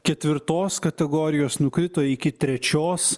ketvirtos kategorijos nukrito iki trečios